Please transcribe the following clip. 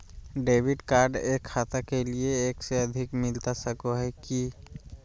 Debit card एक खाता के लिए एक से अधिक मिलता सको है की?